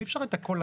אי אפשר את הכול.